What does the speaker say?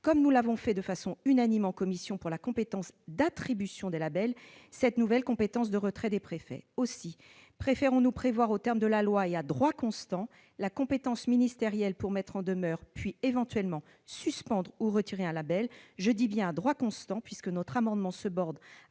comme nous l'avons fait de façon unanime en commission spéciale pour la compétence d'attribution de labels, l'octroi de cette nouvelle compétence de retrait aux préfets. Aussi préférons-nous prévoir, aux termes de la loi et à droit constant, la compétence ministérielle pour mettre en demeure et, éventuellement, pour suspendre ou retirer un label.